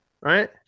right